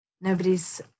nobody's